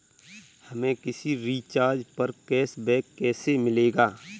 हमें किसी रिचार्ज पर कैशबैक कैसे मिलेगा?